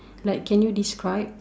like can you describe